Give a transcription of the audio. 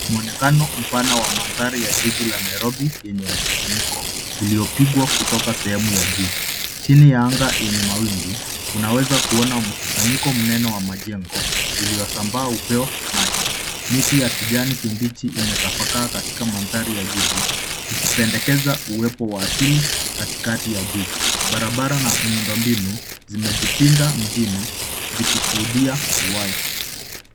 Muonekano mpana wa mandhari ya jiji na la Nairobi yenye msisimko iliopigwa kutoka sehemu ya juu. Chini ya anga yenye mawingu unaweza kuona mkusanyiko mnene wamajengo, iliyosambaa upeo macho. Miti ya kijani kibichi imetapakaa katika mandhari ya jiji, ikipendekeza uwepo wa asili katikati ya jiji. Barabara na miundombinu zimejipinda mjini zikishuhudia uhai.